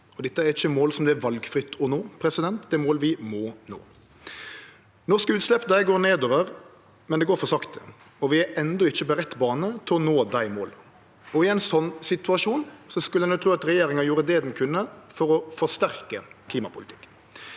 Dette er ikkje mål som er valfrie å nå, det er mål vi må nå. Norske utslepp går nedover, men det går for sakte, og vi er enno ikkje på rett bane til å nå dei måla. I ein slik situasjon skulle ein tru at regjeringa gjorde det ho kunne for å forsterke klimapolitikken,